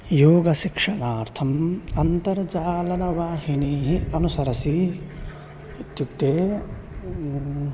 योगशिक्षणार्थम् अन्तर्जालवाहिनीः अनुसरसि इत्युक्ते